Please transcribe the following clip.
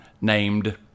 named